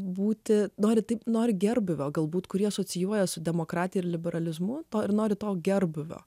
būti nori taip nori gerbūvio galbūt kurie asocijuojasi su demokratija liberalizmu to ir nori to gerbūvio